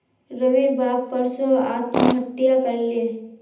रविर बाप परसो आत्महत्या कर ले